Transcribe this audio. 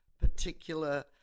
particular